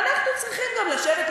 ואנחנו צריכים גם לשבת,